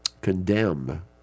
condemn